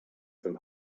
from